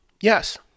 Yes